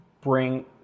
bring